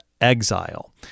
exile